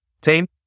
Team